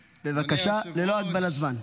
בבקשה, ללא הגבלת זמן.